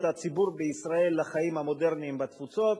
את הציבור בישראל לחיים המודרניים בתפוצות.